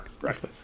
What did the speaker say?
right